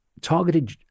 targeted